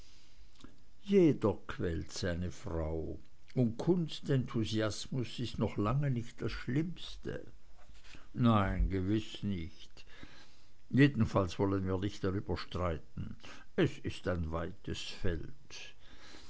jeder quält seine frau und kunstenthusiasmus ist noch lange nicht das schlimmste nein gewiß nicht jedenfalls wollen wir darüber nicht streiten es ist ein weites feld